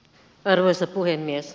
arvoisa puhemies